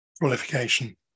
qualification